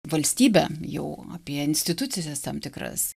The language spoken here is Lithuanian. valstybę jau apie institucijas tam tikras